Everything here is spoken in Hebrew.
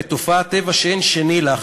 בתופעת טבע שאין שנייה לה,